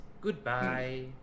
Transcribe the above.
Goodbye